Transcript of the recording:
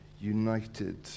United